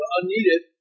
unneeded